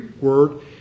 word